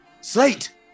slate